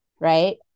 right